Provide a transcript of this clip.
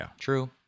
True